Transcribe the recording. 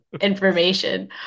information